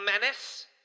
menace